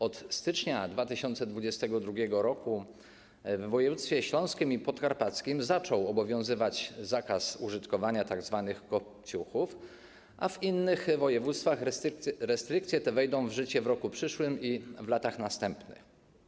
Od stycznia 2022 r. w województwach śląskim i podkarpackim zaczął obowiązywać zakaz użytkowania tzw. kopciuchów, a w innych województwach restrykcje te wejdą w życie w roku przyszłym i w latach następnych.